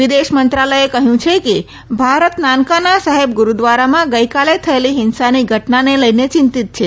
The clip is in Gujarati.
વિદેશ મંત્રાલયે કહયું છે કે ભારત નાનકાન સાહેબ ગુરૂદ્વારામાં ગઇકાલે થયેલી હિંસાની ઘટનાને લઇ ચિંતીત છે